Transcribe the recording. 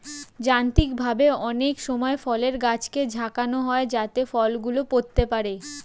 যান্ত্রিকভাবে অনেক সময় ফলের গাছকে ঝাঁকানো হয় যাতে ফল গুলো পড়তে পারে